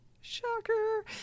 Shocker